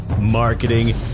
marketing